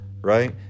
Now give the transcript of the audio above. Right